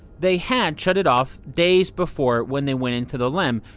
they had shut it off days before when they went into the lem,